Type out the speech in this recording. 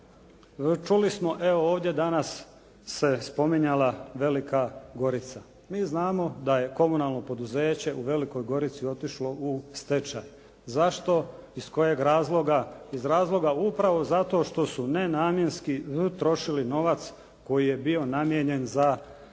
Čuli smo evo ovdje danas se spominjala Velika Gorica. Mi znamo da je komunalno poduzeće u Velikoj Gorici otišlo u stečaj. Zašto, iz kojeg razloga? Iz razloga upravo zato što su nenamjenski trošili novac koji je bio namijenjen za određenu